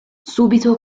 subito